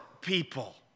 people